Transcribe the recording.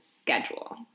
schedule